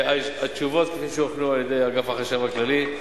התשובות כפי שהוכנו על-ידי אגף החשב הכללי,